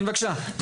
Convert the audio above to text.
כן, בבקשה.